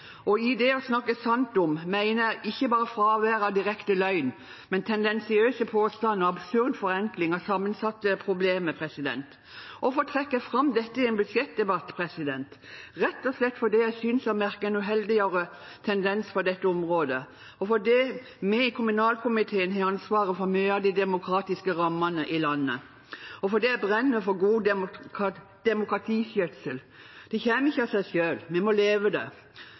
det å snakke sant om mener jeg ikke bare fravær av direkte løgn, men tendensiøse påstander og absurd forenkling av sammensatte problemer. Hvorfor trekker jeg fram dette i en budsjettdebatt? Det er rett og slett fordi jeg synes å merke en mer uheldig tendens på dette området, og fordi vi i kommunalkomiteen har ansvaret for mye av de demokratiske rammene i landet, og fordi jeg brenner for god demokratiskjøtsel. Det kommer ikke av seg selv. Vi må leve det.